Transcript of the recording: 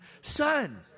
Son